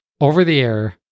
over-the-air